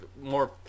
more